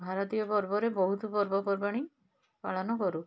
ଭାରତୀୟ ପର୍ବରେ ବହୁତ ପର୍ବପର୍ବାଣୀ ପାଳନ କରୁ